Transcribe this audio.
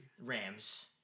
Rams